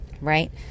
Right